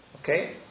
Okay